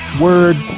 Word